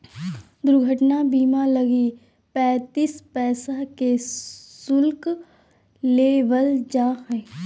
दुर्घटना बीमा लगी पैंतीस पैसा के शुल्क लेबल जा हइ